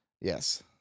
yes